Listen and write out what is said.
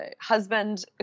husband